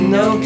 no